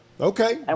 okay